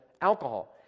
alcohol